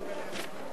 בחינות גמר),